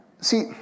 See